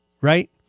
right